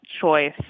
choice